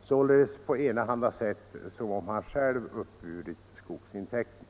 således på enahanda sätt som om han själv hade uppburit skogsintäkten.